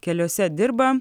keliuose dirba